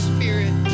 Spirit